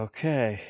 Okay